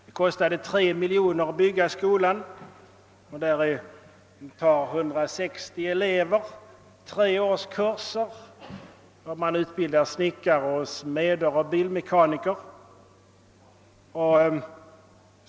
Det kostade 3 miljoner kronor att bygga skolan som tar 160 elever. I treårskurser utbildas snickare, smeder och bilmekaniker.